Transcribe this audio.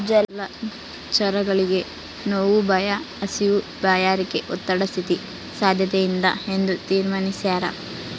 ಜಲಚರಗಳಿಗೆ ನೋವು ಭಯ ಹಸಿವು ಬಾಯಾರಿಕೆ ಒತ್ತಡ ಸ್ಥಿತಿ ಸಾದ್ಯತೆಯಿಂದ ಎಂದು ತೀರ್ಮಾನಿಸ್ಯಾರ